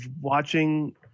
watching